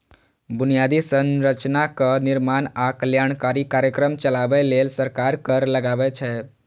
बुनियादी संरचनाक निर्माण आ कल्याणकारी कार्यक्रम चलाबै लेल सरकार कर लगाबै छै